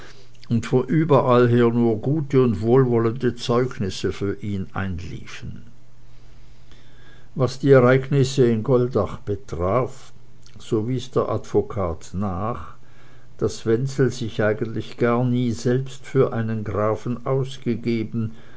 und von überall her nur gute und wohlwollende zeugnisse für ihn einliefen was die ereignisse in goldach betraf so wies der advokat nach daß wenzel sich eigentlich gar nie selbst für einen grafen ausgegeben